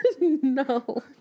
no